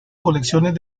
colecciones